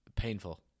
Painful